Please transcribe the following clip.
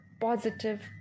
positive